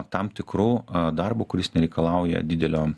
tam tikru darbu kuris nereikalauja didelio